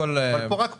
אבל פה רק פוגעים,